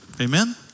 Amen